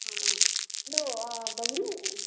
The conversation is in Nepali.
हेलो बहिनी